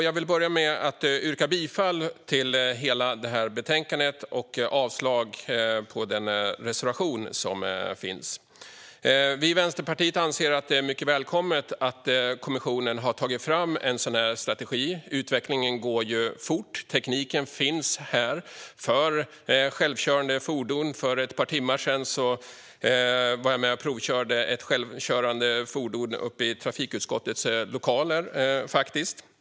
Jag vill börja med att yrka bifall till utskottets förslag i betänkandet och avslag på den reservation som finns. Vi i Vänsterpartiet anser att det är mycket välkommet att kommissionen har tagit fram en sådan här strategi. Utvecklingen går ju fort. Tekniken för självkörande fordon finns. För ett par timmar sedan var jag med och provkörde ett självkörande fordon i trafikutskottets lokaler.